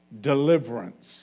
deliverance